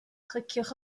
cliciwch